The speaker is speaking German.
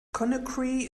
conakry